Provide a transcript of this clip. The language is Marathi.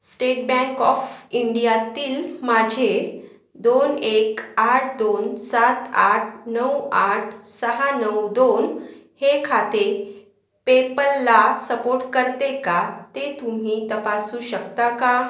स्टेट बँक ऑफ इंडियातील माझे दोन एक आठ दोन सात आठ नऊ आठ सहा नऊ दोन हे खाते पे पलला सपोट करते का ते तुम्ही तपासू शकता का